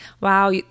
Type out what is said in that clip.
Wow